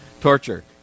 torture